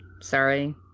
sorry